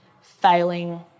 failing